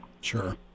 Sure